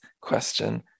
question